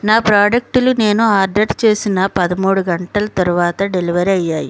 నా ప్రాడక్టులు నేను ఆర్డర్ చేసిన పదమూడు గంటల తరువాత డెలివర్ అయ్యాయి